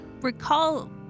recall